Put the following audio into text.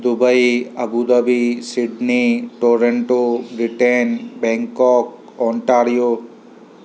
Dubai Abu Dhabi Sydney Toronto Britain Bangkok Ontario